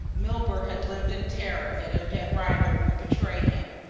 milburgh had lived in terror that odette rider would betray him,